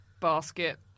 Basket